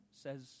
says